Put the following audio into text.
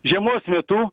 žiemos metu